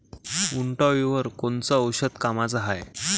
उंटअळीवर कोनचं औषध कामाचं हाये?